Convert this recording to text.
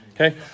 okay